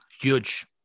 huge